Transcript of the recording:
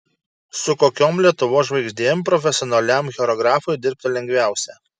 su kokiom lietuvos žvaigždėm profesionaliam choreografui dirbti lengviausia